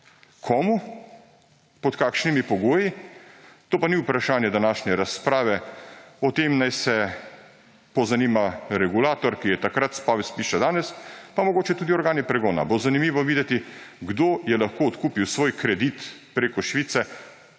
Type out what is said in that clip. Komu, pod kakšnimi pogoji, to pa ni vprašanje današnje razprave. O tem naj se pozanima regulator, ki je takrat spal in spi še danes, pa mogoče tudi organi pregona. Bo zanimivo videti, kdo je lahko odkupil svoj kredit preko Švice